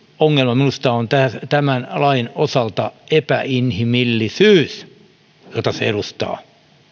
ongelma minusta on tämän lain osalta epäinhimillisyys jota se edustaa